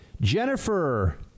Jennifer